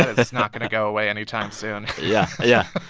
that is not going to go away anytime soon yeah, yeah,